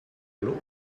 are